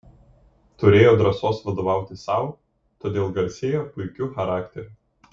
turėjo drąsos vadovauti sau todėl garsėjo puikiu charakteriu